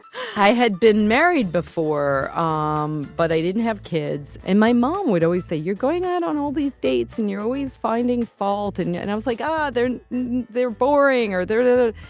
i had been married before. um but i didn't have kids. and my mom would always say, you're going out on all these dates and you're always finding fault and yeah and i was like, oh, they're they're boring or they're there.